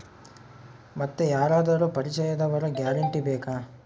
ಮತ್ತೆ ಯಾರಾದರೂ ಪರಿಚಯದವರ ಗ್ಯಾರಂಟಿ ಬೇಕಾ?